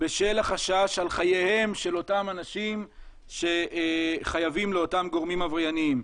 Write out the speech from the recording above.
בשל החשש על חייהם של אותם אנשים שחייבים לאותם גורמים עברייניים.